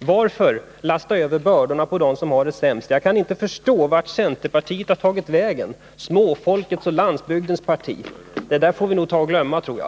Varför lasta över bördorna på dem som har det sämre? Jag kan inte förstå vart centerpartiet har tagit vägen. Småfolkets och landsbygdens parti — det där får vi glömma, tror jag.